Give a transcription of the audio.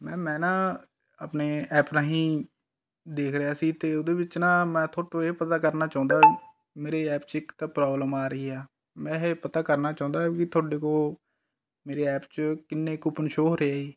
ma'am ਮੈਂ ਨਾ ਆਪਣੇ ਐਪ ਰਾਹੀਂ ਦੇਖ ਰਿਹਾ ਸੀ ਅਤੇ ਉਹਦੇ ਵਿੱਚ ਨਾ ਮੈਂ ਥੋਤੋ ਇਹ ਪਤਾ ਕਰਨਾ ਚਾਹੁੰਦਾ ਜੀ ਮੇਰੇ ਐਪ 'ਚ ਇੱਕ ਤਾਂ ਪ੍ਰੋਬਲਮ ਆ ਰਹੀ ਹੈ ਮੈਂ ਇਹ ਪਤਾ ਕਰਨਾ ਚਾਹੁੰਦਾ ਵੀ ਤੁਹਾਡੇ ਕੋਲ ਮੇਰੇ ਐਪ 'ਚ ਕਿੰਨੇ ਕੂਪਨ ਸ਼ੋਅ ਹੋ ਰਹੇ ਜੀ